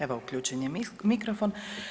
Evo uključen je mikrofon.